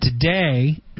Today